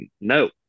no